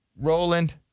Roland